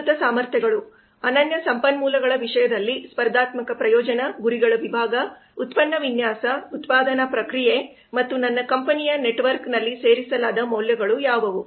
ಪ್ರಸ್ತುತ ಸಾಮರ್ಥ್ಯಗಳು ಅನನ್ಯ ಸಂಪನ್ಮೂಲಗಳ ವಿಷಯದಲ್ಲಿ ಸ್ಪರ್ಧಾತ್ಮಕ ಪ್ರಯೋಜನ ಗುರಿಗಳ ವಿಭಾಗ ಉತ್ಪನ್ನ ವಿನ್ಯಾಸ ಉತ್ಪಾದನಾ ಪ್ರಕ್ರಿಯೆ ಮತ್ತು ನನ್ನ ಕಂಪನಿಯ ನೆಟ್ವರ್ಕ್ನಲ್ಲಿ ಸೇರಿಸಲಾದ ಮೌಲ್ಯಗಳು ಯಾವುವು